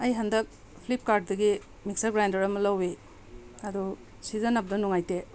ꯑꯩ ꯍꯟꯗꯛ ꯐ꯭ꯂꯤꯞꯀꯥꯔꯠꯇꯒꯤ ꯃꯤꯛꯁꯆꯔ ꯒ꯭ꯔꯥꯏꯟꯗꯔ ꯑꯃ ꯂꯧꯏ ꯑꯗꯨ ꯁꯤꯖꯟꯅꯕꯗ ꯅꯨꯡꯉꯥꯏꯇꯦ